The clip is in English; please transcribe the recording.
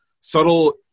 subtle